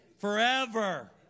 Forever